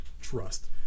trust